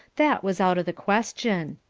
that was out of the question.